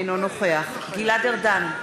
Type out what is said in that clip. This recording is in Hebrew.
אינו נוכח גלעד ארדן,